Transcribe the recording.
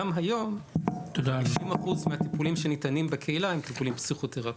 גם היום 50% מהטיפולים שניתנים בקהילה הם טיפולים פסיכותרפיים.